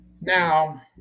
Now